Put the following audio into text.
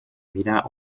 wieder